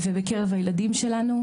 ובקרב הילדים שלנו.